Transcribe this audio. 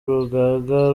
urugaga